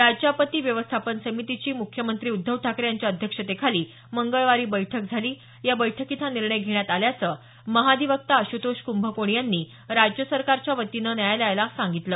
राज्य आपत्ती व्यवस्थापन समितीची मुख्यमंत्री उद्धव ठाकरे यांच्या अध्यक्षतेखाली मंगळवारी बैठक झाली या बैठकीत हा निर्णय घेण्यात आल्याचं महाअधिवक्ता आश्तोष कृंभकोणी यांनी राज्य सरकारच्यावतीनं न्यायालयाला ही माहिती दिली